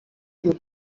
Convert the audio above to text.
you